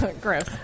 Gross